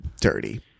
dirty